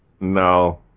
No